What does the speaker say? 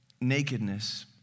nakedness